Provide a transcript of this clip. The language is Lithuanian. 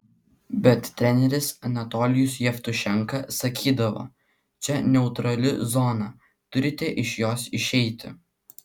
bet treneris anatolijus jevtušenka sakydavo čia neutrali zona turite iš jos išeiti